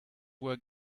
were